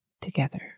together